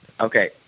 Okay